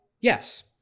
yes